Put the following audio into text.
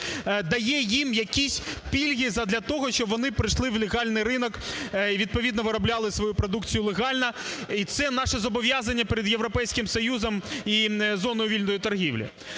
дає їм якісь пільги задля того, щоб вони прийшли в легальний ринок, і відповідно виробляли свою продукцію легально. І це наше зобов'язання перед Європейським Союзом і зоною вільної торгівлі.